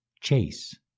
chase